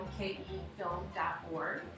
mkefilm.org